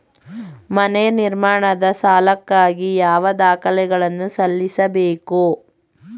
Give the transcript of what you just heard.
ಮನೆ ನಿರ್ಮಾಣದ ಸಾಲಕ್ಕಾಗಿ ಯಾವ ದಾಖಲೆಗಳನ್ನು ಸಲ್ಲಿಸಬೇಕು?